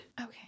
Okay